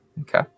Okay